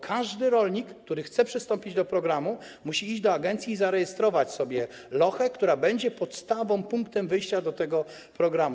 Każdy rolnik, który chce przystąpić do programu, musi iść do agencji i zarejestrować lochę, co będzie podstawą, punktem wyjścia do tego programu.